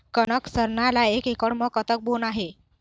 कनक सरना ला एक एकड़ म कतक बोना हे?